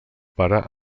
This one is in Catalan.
pare